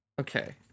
Okay